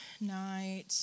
night